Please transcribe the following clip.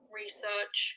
research